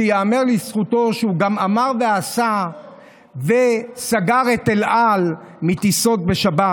שייאמר לזכותו שהוא גם אמר ועשה וסגר את אל-על לטיסות בשבת,